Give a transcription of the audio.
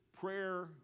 prayer